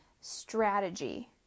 strategy